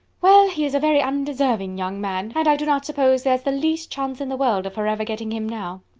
well, he is a very undeserving young man and i do not suppose there's the least chance in the world of her ever getting him now.